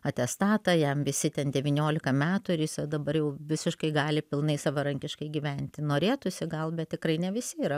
atestatą jam visi ten devyniolika metų ir jisai dabar jau visiškai gali pilnai savarankiškai gyventi norėtųsi gal bet tikrai ne visi yra